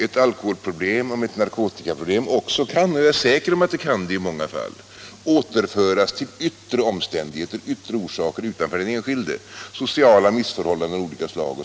Ett alkoholproblem eller narkotikaproblem kan säkert i många fall återföras till yttre orsaker utanför den enskilde, t.ex. sociala missförhållanden av olika slag.